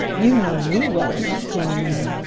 you know me well enough, jenny wren,